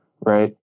Right